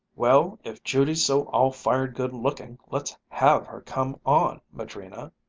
well, if judy's so all-fired good-looking, let's have her come on, madrina,